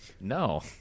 no